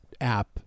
app